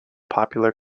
popular